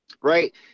right